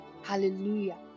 Hallelujah